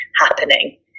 happening